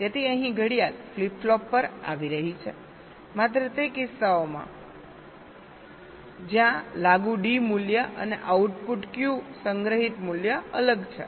તેથી અહીં ઘડિયાળ ફ્લિપ ફ્લોપ પર આવી રહી છે માત્ર તે કિસ્સાઓ માટે જ્યાં લાગુ D મૂલ્ય અને આઉટપુટ Q સંગ્રહિત મૂલ્ય અલગ છે